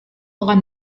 akan